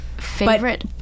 Favorite